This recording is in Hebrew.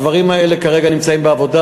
הדברים האלה כרגע נמצאים בעבודה.